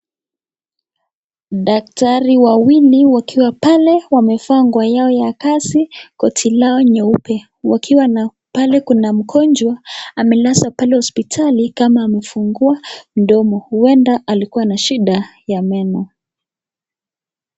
Daktari wawili wakiwa pale wakiwa wamevaa nguo yao ya kazi, nguo yao nyeusi , wakiwa na pale paliwa na mgonjwa akiwa amelala pale kama amefungua mdomo, huenda alikuwa na shida ya meno.